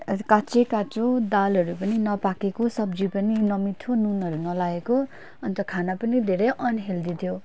काँचै काँचो दालहरू पनि नपाकेको सब्जी पनि नमिठो नूनहरू नलागेको अन्त खाना पनि धेरै अनहेल्दी थियो